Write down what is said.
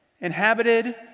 inhabited